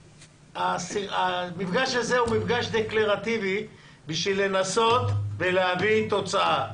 המפגש הזה הוא מפגש דקלרטיבי בשביל לנסות ולהביא תוצאה,